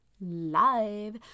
live